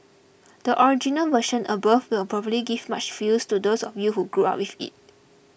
the original version above will probably give much feels to those of you who grew up with it